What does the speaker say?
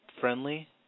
friendly